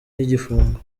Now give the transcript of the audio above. y’igifungo